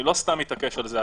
אני לא סתם מתעקש על זה,